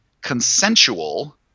consensual